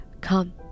Come